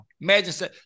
Imagine